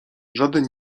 żaden